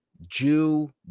Jew